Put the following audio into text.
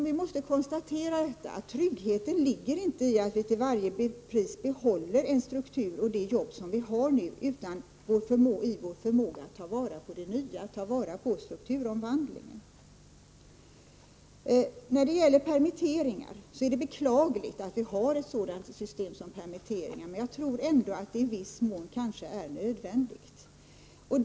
Vi måste konstatera att tryggheten inte ligger i att vi till varje pris behåller en struktur och det arbete som vi f. n. har, utan i vår förmåga att ta vara på det nya, att ta vara på strukturomvandlingen. Det är beklagligt att vi har ett sådant system som permitteringar, men jag tror att det i viss mån kan vara nödvändigt.